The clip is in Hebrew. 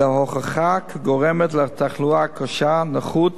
אלא הוכחה כגורמת לתחלואה קשה, לנכות